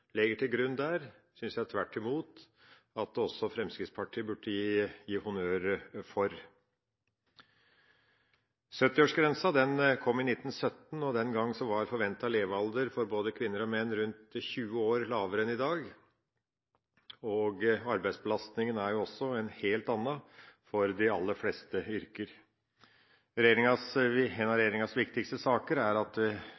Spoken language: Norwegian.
legger til grunn der, synes jeg tvert imot at også Fremskrittspartiet burde gi honnør for. 70-årsgrensa kom i 1917, og den gang var forventet levealder for både kvinner og menn rundt 20 år lavere enn i dag. Arbeidsbelastninga er også en helt annen for de aller fleste yrker. En av